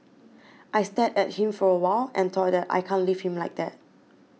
I stared at him for a while and thought that I can't leave him like that